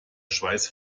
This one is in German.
schweiß